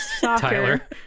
tyler